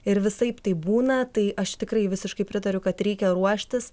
ir visaip taip būna tai aš tikrai visiškai pritariu kad reikia ruoštis